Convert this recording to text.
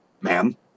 Ma'am